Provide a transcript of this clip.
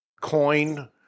coin